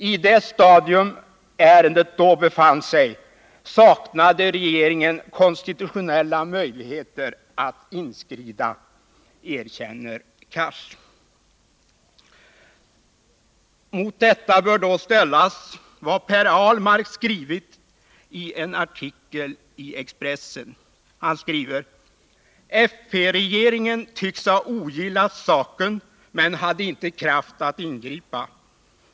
I det stadium ärendet då befann sig saknade regeringen konstitutionella möjligheter att inskrida, erkänner Cars. Mot detta bör ställas vad Per Ahlmark skrivit i en artikel i Expressen, nämligen: ”Fp-regeringen tycks ha ogillat saken men hade inte kraft att ingripa.